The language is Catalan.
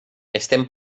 estem